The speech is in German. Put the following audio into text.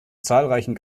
zahlreichen